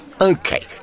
Okay